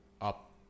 up